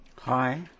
Hi